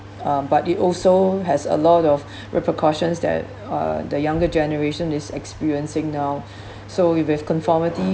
um but it also has a lot of repercussions that uh the younger generation is experiencing now so with with conformity